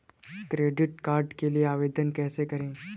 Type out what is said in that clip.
Credit card के लिए आवेदन कैसे करें?